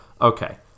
Okay